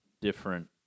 different